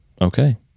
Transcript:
okay